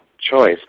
choice